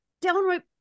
downright